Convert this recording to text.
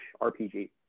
rpg